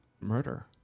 Murder